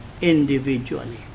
individually